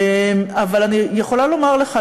אבל אני יכולה לומר לך,